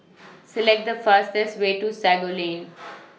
Select The fastest Way to Sago Lane